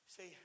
See